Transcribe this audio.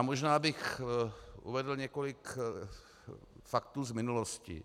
Možná bych uvedl několik faktů z minulosti.